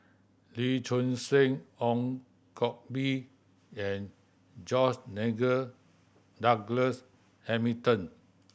Lee Choon Seng Ong Koh Bee and George Nigel Douglas Hamilton